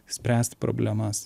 spręsti problemas